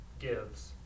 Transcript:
gives